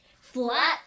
Flat